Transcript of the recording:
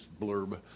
blurb